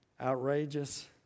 Outrageous